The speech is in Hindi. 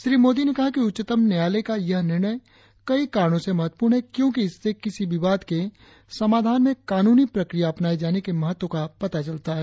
श्री मोदी ने कहा कि उच्चतम न्यायालय का यह निर्णय कई कारणों से महत्वपूर्ण है क्योंकि इससे किसी विवाद के समाधान में कानूनी प्रक्रिया अपनाए जाने के महत्व का पता चलता है